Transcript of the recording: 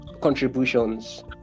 contributions